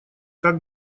как